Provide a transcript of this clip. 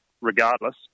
regardless